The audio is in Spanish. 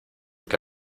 que